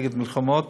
נגד מלחמות,